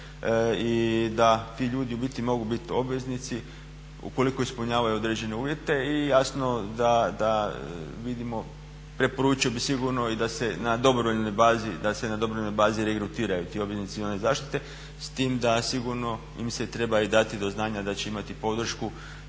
i da ti ljudi u biti mogu biti obveznici ukoliko ispunjavaju određene uvjete i jasno da vidimo, preporučio bi sigurno i da se na dobrovoljnoj bazi regrutiraju ti obveznici civilne zaštite. S tim da sigurno im se treba dati i do znanja da će imati podršku